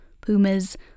pumas